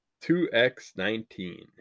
2x19